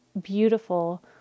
beautiful